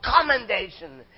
commendation